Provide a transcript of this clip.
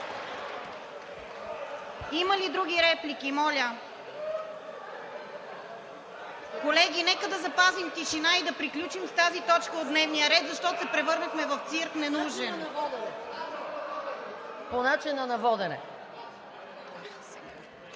Има ли други реплики, моля? Колеги, нека да запазим тишина и да приключим с тази точка от дневния ред, защото се превърнахме в цирк – ненужен. МАЯ МАНОЛОВА